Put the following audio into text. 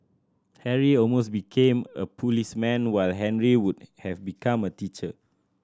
Harry almost became a policeman while Henry would have become a teacher